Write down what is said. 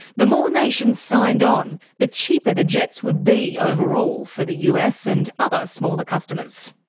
the more nations signed on, the cheaper the jets would be overall for the us and other smaller customers.